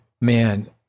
man